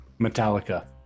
Metallica